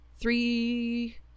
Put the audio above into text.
three